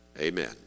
Amen